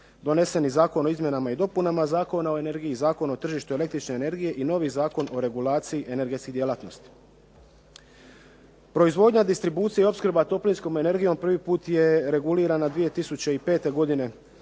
doneseni Zakon o izmjenama i dopunama Zakona o energiji, Zakon o tržištu električne energije i novi Zakon o regulaciji energetskih djelatnosti. Proizvodnja, distribucija i opskrba toplinskom energijom prvi put je reguliran 2005. godine